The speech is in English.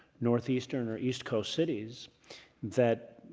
northeastern or east coast cities that,